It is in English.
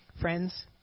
friends